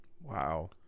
wow